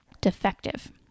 defective